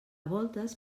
voltes